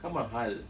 kan mahal